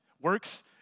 Works